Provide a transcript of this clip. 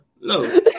No